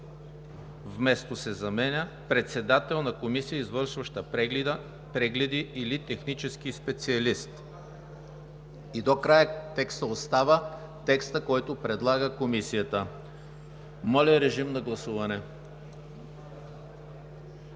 вместо се заменя – „председател на комисия, извършваща прегледи или технически специалист“. И до края текстът остава – текстът, който предлага Комисията. Моля, гласувайте.